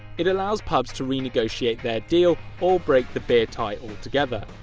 it allows pubs to renegotiate their deal or break the beer tie altogether.